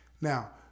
Now